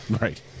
right